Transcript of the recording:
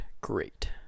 great